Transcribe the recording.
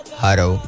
hello